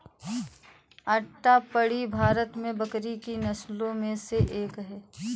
अट्टापडी भारत में बकरी की नस्लों में से एक है